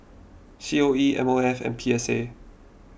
C O E M O F and P S A